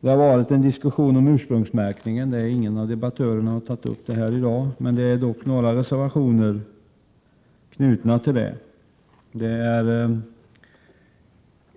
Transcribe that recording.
Det har förts en diskussion om ursprungsmärkningen, en fråga som ingen av dagens debattörer har berört. Några reservationer anknyter dock till frågan.